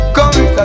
Come